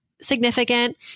significant